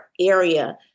area